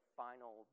final